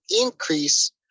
increase